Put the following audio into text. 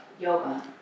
yoga